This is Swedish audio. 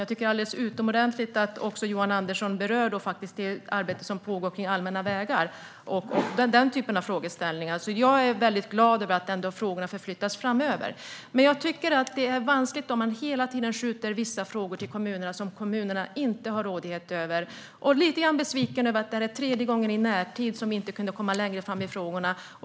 Jag tycker att det är alldeles utomordentligt att Johan Andersson berör det arbete som pågår när det gäller allmänna vägar och den typen av frågeställningar. Jag är glad över att frågorna flyttas fram, men jag tycker att det är vanskligt om man hela tiden skjuter över vissa frågor till kommunerna som kommunerna inte har rådighet över, och jag är lite besviken över att det här är tredje gången i närtid som vi inte kunde komma längre fram i frågorna.